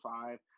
five